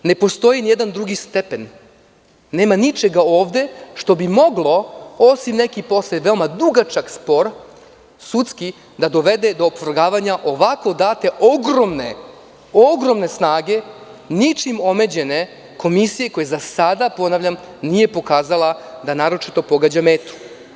Ne postoji nijedan drugi stepen, nema ničega ovde što bi moglo, osim neki posle veoma dugačak sudski spor, da dovede do svrgavanja ovako date ogromne snage ničim omeđene komisije koja za sada nije pokazala da naročito pogađa metu.